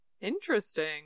Interesting